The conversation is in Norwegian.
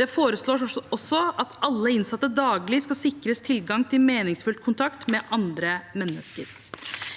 Det foreslås også at alle innsatte daglig skal sikres tilgang til meningsfull kontakt med andre mennesker.